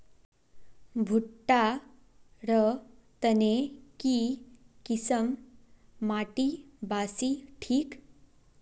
भुट्टा र तने की किसम माटी बासी ठिक?